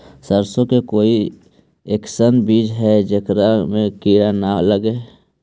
सरसों के कोई एइसन बिज है जेकरा में किड़ा न लगे?